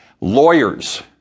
lawyers